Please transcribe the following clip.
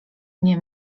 mnie